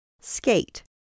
skate